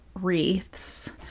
wreaths